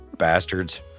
bastards